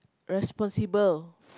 responsible